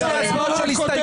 להצביע.